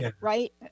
right